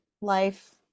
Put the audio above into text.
life